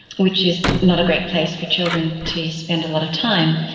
which is not a great place for children to spend a lot of time.